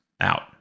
out